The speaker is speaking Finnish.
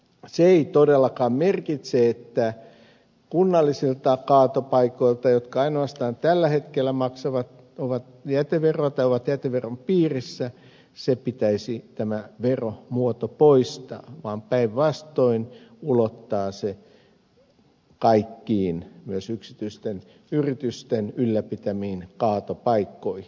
se ei todellakaan merkitse että kunnallisilta kaatopaikoilta jotka ainoastaan tällä hetkellä maksavat jäteveroa tai ovat jäteveron piirissä pitäisi tämä veromuoto poistaa vaan päinvastoin pitäisi ulottaa se kaikkiin myös yksityisten yritysten ylläpitämiin kaatopaikkoihin